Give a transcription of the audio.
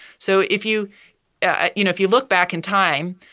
so if you yeah you know if you look back in time,